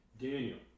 Daniel